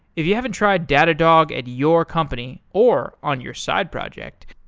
if you haven't tried datadog at your company or on your side project,